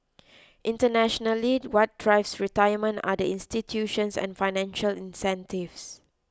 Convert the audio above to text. internationally what drives retirement are the institutions and financial incentives